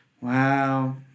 Wow